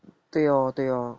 对哦对哦